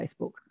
Facebook